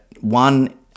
one